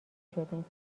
شدیم